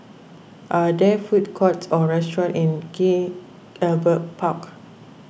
are there food courts or restaurants in King Albert Park